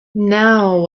now